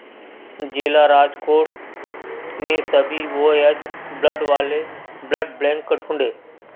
जिला राजकोट में सभी ओ एच ब्लड वाले ब्लड बैंक ढूँढें